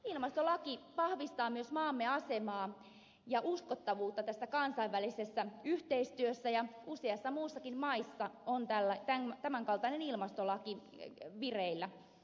ilmastolaki vahvistaa myös maamme asemaa ja uskottavuutta tässä kansainvälisessä yhteistyössä ja useassa muussakin maassa on tämän kaltainen ilmastolaki vireillä